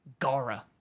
Gara